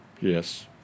Yes